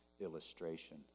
illustration